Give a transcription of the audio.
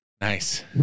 Nice